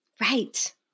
Right